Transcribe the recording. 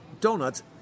donuts